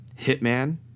Hitman